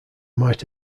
might